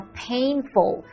painful